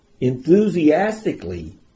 enthusiastically